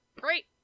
great